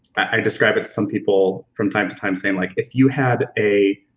i describe it to some people from time to time saying like, if you had a